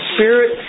Spirit